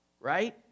right